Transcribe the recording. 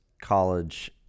college